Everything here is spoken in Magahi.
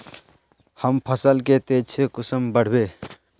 हम फसल के तेज से कुंसम बढ़बे?